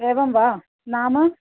एवं वा नाम